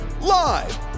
live